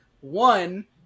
one